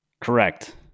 Correct